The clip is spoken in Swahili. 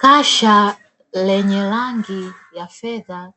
Kasha lenye rangi ya fedha